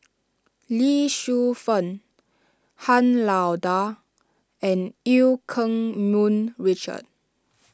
Lee Shu Fen Han Lao Da and Eu Keng Mun Richard